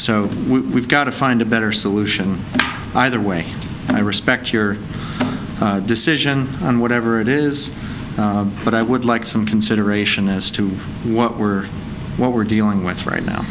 so we've got to find a better solution either way and i respect your decision on whatever it is but i would like some consideration as to what we're what we're dealing with right now